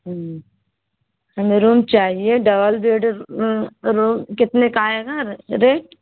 ہمیں روم چاہیے double bed room کتنے کا آئے گا ریٹ